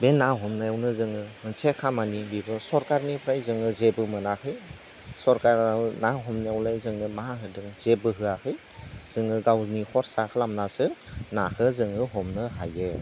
बे ना हमनायावनो जोङो मोनसे खामानि बिबो सरखारनिफ्राय जोङो जेबो मोनाखै सरखाराबो ना हमनायावलाय जोंनो मा होदों जेबो होआखै जोङो गावनि खरसा खालामनासो नाखो जोङो हमनो हायो